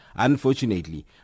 Unfortunately